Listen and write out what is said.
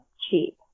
cheap